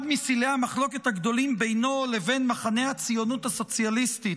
אחד מסלעי המחלוקת הגדולים בינו לבין מחנה הציונות הסוציאליסטית,